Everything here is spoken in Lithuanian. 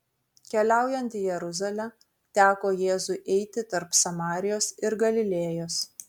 keliaujant į jeruzalę teko jėzui eiti tarp samarijos ir galilėjos